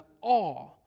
awe